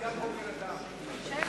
חבר הכנסת שטרית,